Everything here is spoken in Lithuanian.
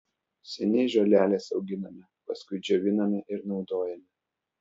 seniai žoleles auginame paskui džioviname ir naudojame